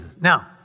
Now